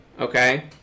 okay